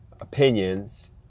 opinions